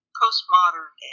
postmodern